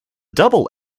double